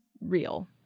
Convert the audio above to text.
real